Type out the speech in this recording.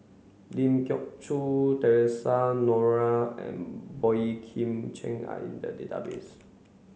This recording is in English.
Ling Geok Choon Theresa Noronha and Boey Kim Cheng are in the database